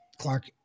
Clark